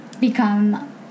become